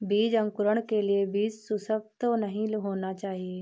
बीज अंकुरण के लिए बीज सुसप्त नहीं होना चाहिए